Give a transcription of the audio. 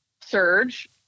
surge